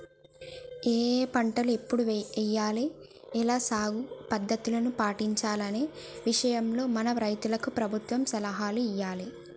ఏఏ పంటలు ఎప్పుడు ఎయ్యాల, ఎలా సాగు పద్ధతుల్ని పాటించాలనే విషయాల్లో మన రైతులకు ప్రభుత్వం సలహాలు ఇయ్యాలే